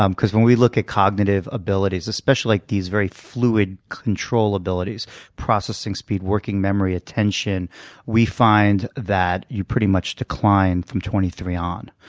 um because when we look at cognitive abilities, especially these very fluid control abilities processing speed, working memory, attention we find that you pretty much decline from twenty three on.